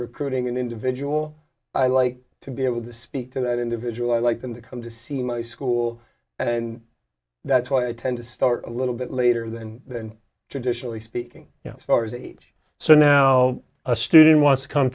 recruiting an individual i like to be able to speak to that individual i like them to come to see my school and that's why i tend to start a little bit later than that and traditionally speaking for is age so now a student wants to come